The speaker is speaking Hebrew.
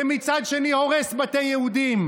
ומצד שני הורס בתי יהודים,